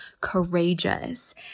courageous